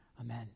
Amen